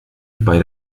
bei